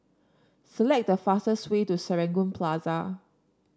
select the fastest way to Serangoon Plaza